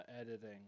editing